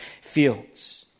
fields